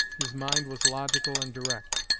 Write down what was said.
his mind was logical and direct.